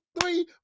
three